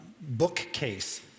bookcase